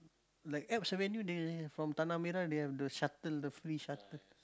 like Alps Avenue they they have from tanah-merah they have the shuttle the free shuttle